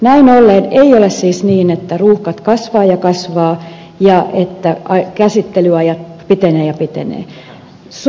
näin ollen ei ole siis niin että ruuhkat kasvavat ja kasvavat ja että käsittelyajat pitenevät ja pitenevät